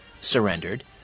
surrendered